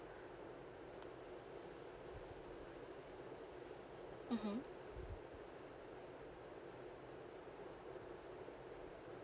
mmhmm